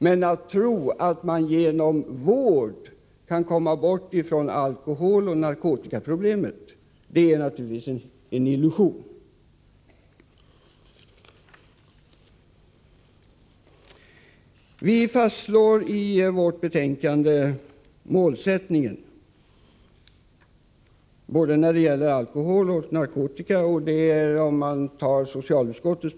Men att tro att man genom vård kan komma bort från alkoholoch narkotikaproblemen i samhället är naturligtvis en illusion. I socialutskottets betänkande fastslår vi än en gång målsättningen när det gäller både alkohol och narkotika.